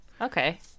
okay